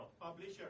Publisher